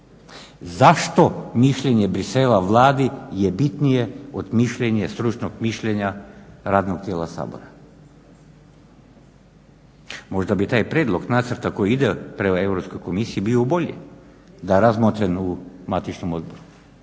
Zašto mišljenje Bruxellesa Vladi je bitnije od mišljenja, stručnog mišljenja radnog tijela Sabora? Možda bi taj prijedlog nacrta koji ide prema Europskoj komisiji bio bolji da je razmotren u matičnom odboru